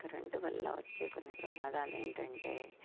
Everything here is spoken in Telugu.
కరెంట్ వల్ల వచ్చే కొన్ని ప్రమాదాలు ఏంటంటే